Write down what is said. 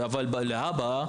שוב,